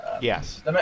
Yes